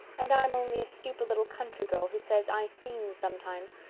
and i'm only a stupid little country girl who says i seen sometimes.